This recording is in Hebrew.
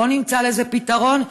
בוא נמצא לזה פתרון,